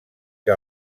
que